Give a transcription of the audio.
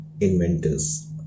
inventors